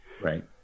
right